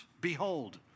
Behold